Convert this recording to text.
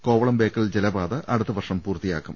കോവളം ബേക്കൽ ജലപാത അടുത്ത വർഷം പ്പൂർത്തിയാക്കും